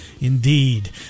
Indeed